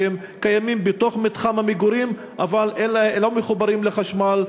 שהם קיימים בתוך מתחם המגורים אבל לא מחוברים לחשמל,